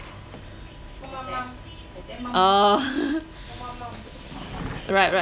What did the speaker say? oh right right